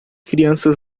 crianças